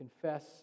confess